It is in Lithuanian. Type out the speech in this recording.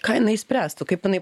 ką jinai išspręstų kaip manai